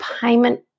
payment